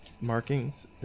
markings